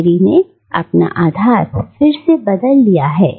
लाहिरी ने अपना आधार फिर से बदल लिया है